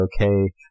okay